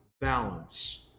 balance